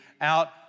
out